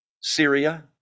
Syria